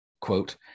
quote